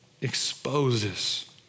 exposes